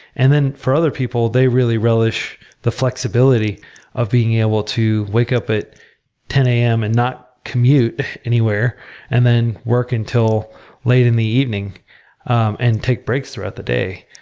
and then, for other people, they really relish the flexibility of being able to wake up at ten a m. and not commute anywhere and then work until late in the evening and take breaks throughout the day.